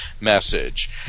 Message